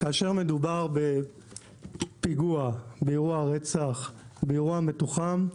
כאשר מדובר בפיגוע, באירוע רצח, באירוע מתוחם,